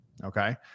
Okay